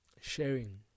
sharing